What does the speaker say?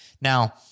Now